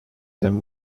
them